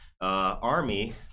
Army